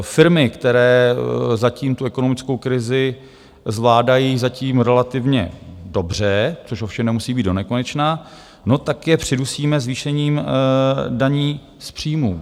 Firmy, které tu ekonomickou krizi zvládají zatím relativně dobře, což ovšem nemusí být donekonečna, no, tak je přidusíme zvýšením daní z příjmů.